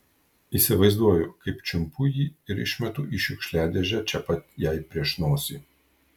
įsivaizduoju kaip čiumpu jį ir išmetu į šiukšliadėžę čia pat jai prieš nosį